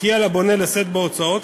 כי על הבונה לשאת בהוצאות,